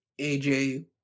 AJ